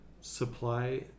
Supply